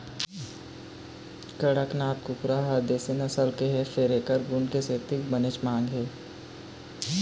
कड़कनाथ कुकरा ह देशी नसल के हे फेर एखर गुन के सेती बनेच मांग हे